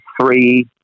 three